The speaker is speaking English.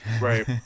Right